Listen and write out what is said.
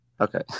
Okay